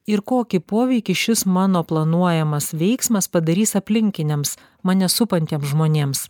ir kokį poveikį šis mano planuojamas veiksmas padarys aplinkiniams mane supantiems žmonėms